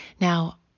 Now